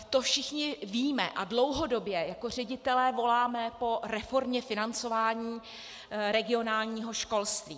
To všichni víme a dlouhodobě jako ředitelé voláme po reformě financování regionálního školství.